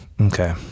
Okay